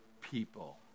people